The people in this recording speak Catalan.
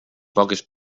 poques